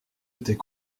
était